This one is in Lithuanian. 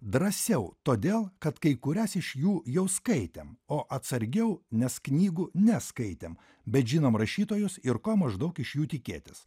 drąsiau todėl kad kai kurias iš jų jau skaitėm o atsargiau nes knygų neskaitėm bet žinome rašytojus ir ko maždaug iš jų tikėtis